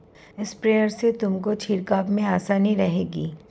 sprayer से तुमको छिड़काव में आसानी रहेगी